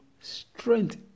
strength